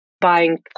Buying